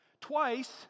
Twice